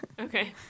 Okay